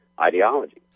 ideology